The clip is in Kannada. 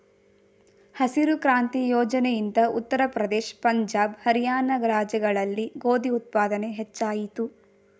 ಹಸಿರು ಕ್ರಾಂತಿ ಯೋಜನೆ ಇಂದ ಉತ್ತರ ಪ್ರದೇಶ, ಪಂಜಾಬ್, ಹರಿಯಾಣ ರಾಜ್ಯಗಳಲ್ಲಿ ಗೋಧಿ ಉತ್ಪಾದನೆ ಹೆಚ್ಚಾಯಿತು